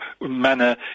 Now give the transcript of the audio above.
manner